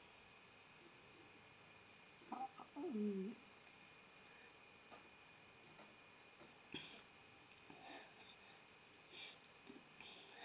oh mm